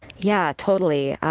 yeah, totally.